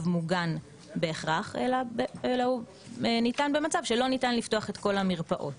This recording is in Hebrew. מוגן אלא הוא ניתן במצב שלא ניתן לפתוח את כל המרפאות